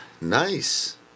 Nice